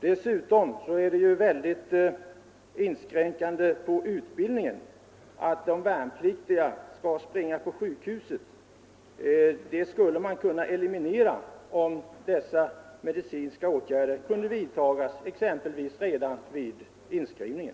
Dessutom inskränker det mycket på utbildningen att de värnpliktiga kanske måste besöka sjukhus flera gånger. Det skulle man kunna eliminera om dessa medicinska åtgärder kunde vidtagas exempelvis redan vid inskrivningen.